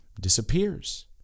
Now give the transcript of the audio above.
disappears